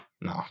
no